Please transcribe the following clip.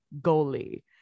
goalie